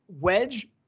Wedge